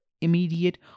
immediate